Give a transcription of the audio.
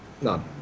none